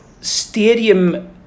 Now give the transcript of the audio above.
stadium